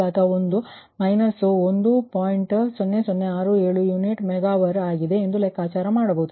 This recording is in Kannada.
0067 ಯುನಿಟ್ ಮೆಗಾ ವರ್ ಆಗಿದೆ ಎಂದು ಲೆಕ್ಕಾಚಾರ ಮಾಡಬಹುದು